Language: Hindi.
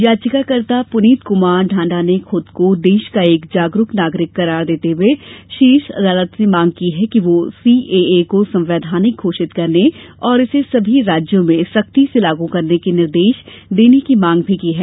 याचिकाकर्ता पुनीत कमार ढांडा ने खूद को देश का एक जागरूक नागरिक करार देते हुए शीर्ष अदालत से मांग की है कि वह सीएए को संवैधानिक घोषित करने और इसे सभी राज्यों में सख्ती से लागू करने के निर्देश देने की मांग भी की है